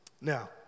Now